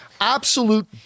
Absolute